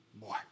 more